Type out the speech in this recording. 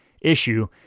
issue